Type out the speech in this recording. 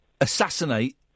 assassinate